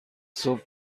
صبح